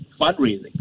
fundraising